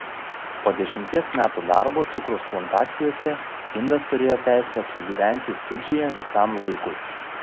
po dešimties metų darbo cukraus plantacijose indas turėjo teisę apsigyventi fidžyje visam laikui